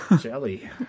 Jelly